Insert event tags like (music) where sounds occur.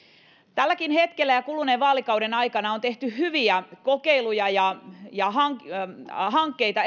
tälläkin hetkellä ja kuluneen vaalikauden aikana on tehty eri puolilla suomea hyviä kokeiluja ja ja hankkeita (unintelligible)